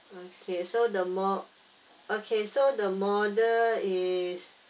okay so the mo~ okay so the model is